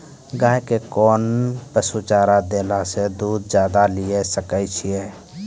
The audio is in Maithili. गाय के कोंन पसुचारा देला से दूध ज्यादा लिये सकय छियै?